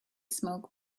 smoke